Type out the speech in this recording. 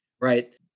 right